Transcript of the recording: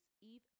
Eve